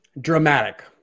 Dramatic